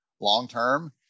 long-term